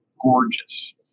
gorgeous